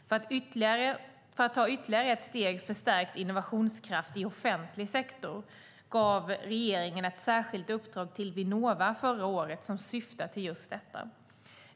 För att ta ytterligare ett steg för stärkt innovationskraft i offentlig sektor gav regeringen ett särskilt uppdrag till Vinnova förra året som syftar till just detta.